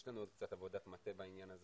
יש לנו עוד קצת עבודת מטה בעניין הזה